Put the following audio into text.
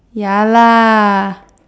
ya lah